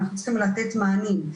אנחנו צריכים לתת מענים.